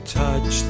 touch